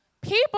People